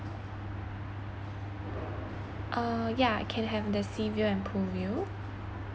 uh yeah can have the sea view and pool view